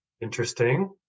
interesting